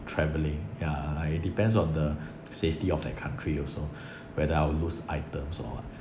travelling ya like it depends on the safety of that country also whether I'll lose items or what